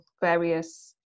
various